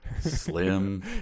slim